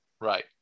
Right